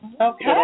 Okay